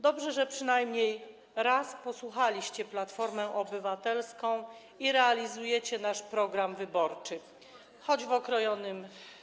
Dobrze, że przynajmniej raz posłuchaliście Platformy Obywatelskiej i realizujecie nasz program wyborczy, choć okrojony.